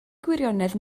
gwirionedd